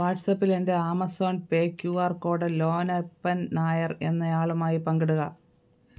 വാട്ട്സപ്പിലെന്റെ Amazon Pay Q R code Lonappan Nair എന്നയാളുമായി പങ്കിടുക